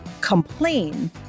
complain